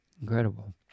Incredible